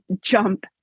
jump